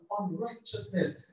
unrighteousness